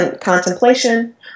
contemplation